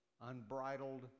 unbridled